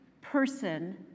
person